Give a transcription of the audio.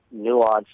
nuanced